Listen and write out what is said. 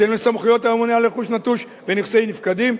בהתאם לסמכויות הממונה על רכוש נטוש ונכסי נפקדים,